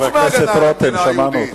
חבר הכנסת רותם, שמענו אותך.